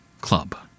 club